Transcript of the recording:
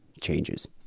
changes